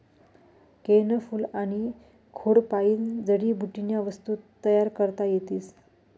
केयनं फूल आनी खोडपायीन जडीबुटीन्या वस्तू तयार करता येतीस